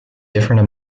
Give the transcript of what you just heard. different